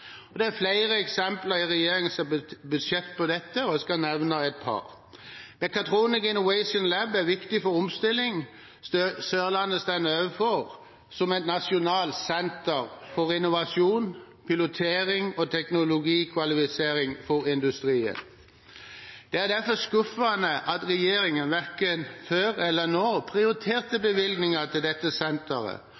regjeringen. Det er flere eksempler på dette i regjeringens budsjett, og jeg skal nevne et par. Mechatronics Innovation Lab er viktig for omstillingen Sørlandet står overfor, som et nasjonalt senter for innovasjon, pilotering og teknologikvalifisering for industrien. Det er derfor skuffende at regjeringen verken før eller nå